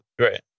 Right